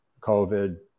COVID